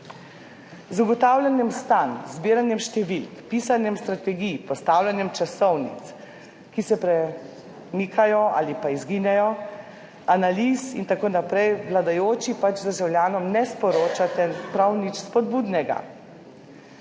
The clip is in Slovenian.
ugotavljanjem stanj, z zbiranjem številk, pisanjem strategij, postavljanjem časovnic, ki se premikajo ali pa izginejo, analiz in tako naprej, vladajoči pač državljanom ne sporočate prav nič spodbudnega.